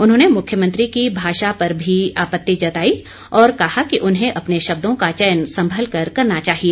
उन्होंने मुख्यमंत्री की भाषा पर भी आपति जताई और कहा कि उन्हें अपने शब्दों का चयन संभल कर करना चाहिए